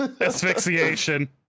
Asphyxiation